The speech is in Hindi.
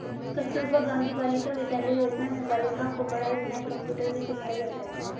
कस्तूरबा गाँधी बालिका विद्यालय योजना में बालिकाओं को कढ़ाई बुनाई कंप्यूटर भी सिखाया जाता है